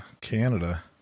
Canada